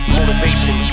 motivation